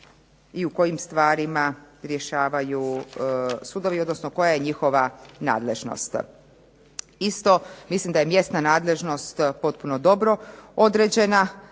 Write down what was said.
i u kojim stvarima rješavaju sudovi odnosno koja je njihova nadležnost. Isto mislim da je mjesna nadležnost potpuno dobro određena,